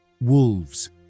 Wolves